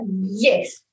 yes